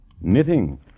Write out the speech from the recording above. Knitting